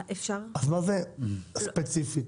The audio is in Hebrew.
אז מה זה ספציפי?